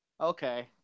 okay